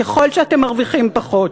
ככל שאתם מרוויחים פחות,